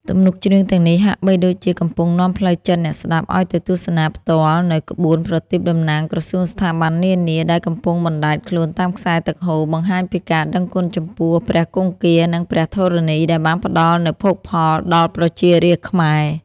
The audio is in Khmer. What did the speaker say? ទំនុកច្រៀងទាំងនេះហាក់បីដូចជាកំពុងនាំផ្លូវចិត្តអ្នកស្ដាប់ឱ្យទៅទស្សនាផ្ទាល់នូវក្បួនប្រទីបតំណាងក្រសួងស្ថាប័ននានា ដែលកំពុងបណ្តែតខ្លួនតាមខ្សែទឹកហូរ បង្ហាញពីការដឹងគុណចំពោះព្រះគង្គា និងព្រះធរណីដែលបានផ្តល់នូវភោគផលដល់ប្រជារាស្ត្រខ្មែរ។